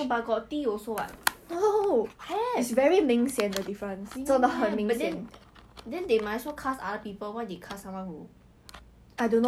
really meh but this one is completely different like it's very obvious that it's different you put side by side right his real voice and and the voice on the show right is really 不一样真的不一样